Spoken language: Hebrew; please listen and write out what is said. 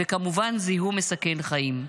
וכמובן, זיהום מסכן חיים.